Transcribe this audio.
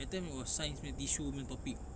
that time it was science punya tissue punya topic